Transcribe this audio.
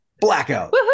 Blackout